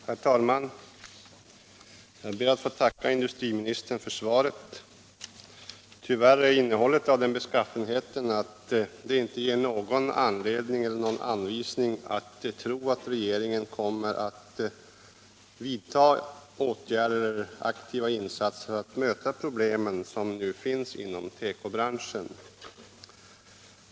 Herr talman! Jag ber att få tacka industriministern för svaret. Men tyvärr är innehållet av den beskaffenheten att det inte ger någon anledning att tro att regeringen kommer att göra aktiva insatser för att möta de problem som ju finns inom tekobranschen.